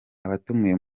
abatumiwe